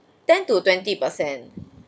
ten to twenty percent